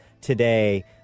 today